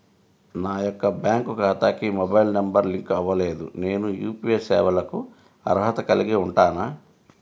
నా యొక్క బ్యాంక్ ఖాతాకి మొబైల్ నంబర్ లింక్ అవ్వలేదు నేను యూ.పీ.ఐ సేవలకు అర్హత కలిగి ఉంటానా?